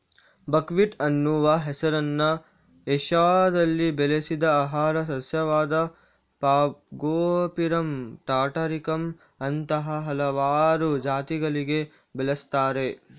buckwheat ಅನ್ನುವ ಹೆಸರನ್ನ ಏಷ್ಯಾದಲ್ಲಿ ಬೆಳೆಸಿದ ಆಹಾರ ಸಸ್ಯವಾದ ಫಾಗೋಪಿರಮ್ ಟಾಟಾರಿಕಮ್ ಅಂತಹ ಹಲವಾರು ಜಾತಿಗಳಿಗೆ ಬಳಸ್ತಾರೆ